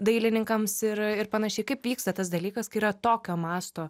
dailininkams ir ir panašiai kaip vyksta tas dalykas kai yra tokio masto